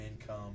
income